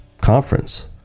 conference